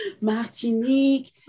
Martinique